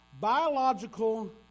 Biological